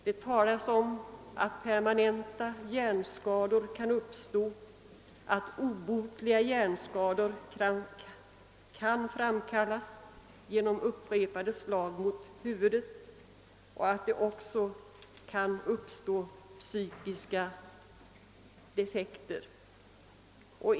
Det talas också om att permanenta hjärnskador kan uppstå, att obotliga hjärnskador kan framkallas genom upp repade slag mot huvudet och att boxare också kan få psykiska defekter.